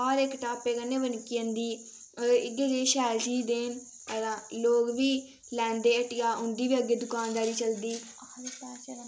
हर इक टापे कन्नै बनकी जंदी अदे इ'यै जेही शैल चीज देन अदा लोक बी लैंदे हट्टिया उं'दी बी अग्गें दुकानदारी चलदी